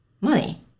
money